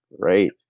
Great